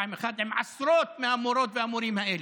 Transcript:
אחת עם עשרות מהמורות והמורים האלה,